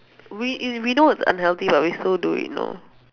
we it we know it's unhealthy but we still do it you know